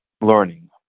learning